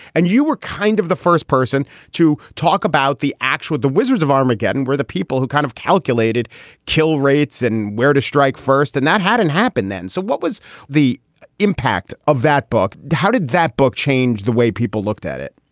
and you were kind of the first person to talk about the actual the wizards of armageddon were the people who kind of calculated kill rates and where to strike first. and that hadn't happened then. so what was the impact of that book? how did that book change the way people looked at it?